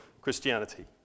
Christianity